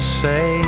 say